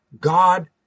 God